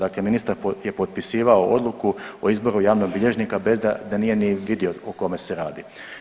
Dakle, ministar je potpisivao odluku o izboru javnog bilježnika bez da, da nije ni vidio o kome se radi.